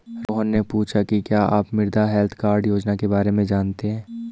रोहन ने पूछा कि क्या आप मृदा हैल्थ कार्ड योजना के बारे में जानते हैं?